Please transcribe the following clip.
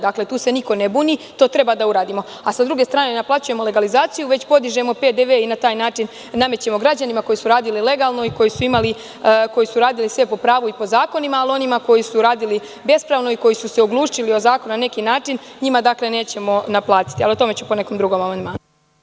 Dakle, tu se niko ne buni i to treba da uradimo, a s druge strane, ne naplaćujemo legalizaciju, već podižemo PDV i na taj način namećemo građanima koji su radili legalno i koji su radili sve po pravu i po zakonima, ali onima koji su radili bespravno i koji su se oglušili o zakon na neki način, njima nećemo naplatiti, ali o tome ću po nekom drugom amandmanu.